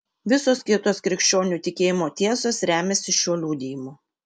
visos kitos krikščionių tikėjimo tiesos remiasi šiuo liudijimu